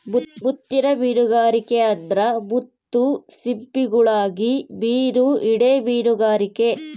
ಮುತ್ತಿನ್ ಮೀನುಗಾರಿಕೆ ಅಂದ್ರ ಮುತ್ತು ಸಿಂಪಿಗುಳುಗಾಗಿ ಮೀನು ಹಿಡೇ ಮೀನುಗಾರಿಕೆ